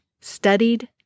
studied